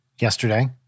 yesterday